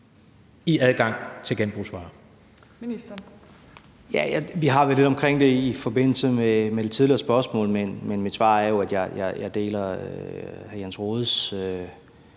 (Dan Jørgensen): Vi har været lidt inde omkring det i forbindelse med det tidligere spørgsmål, men mit svar er jo, at jeg deler hr. Jens Rohdes